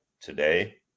today